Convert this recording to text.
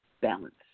balance